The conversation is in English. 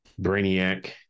Brainiac